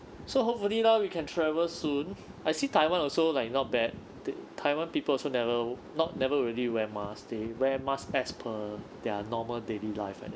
so hopefully lah we can travel soon I see taiwan also like not bad the taiwan people also never not never really wear mask they wear mask as per their normal daily life like that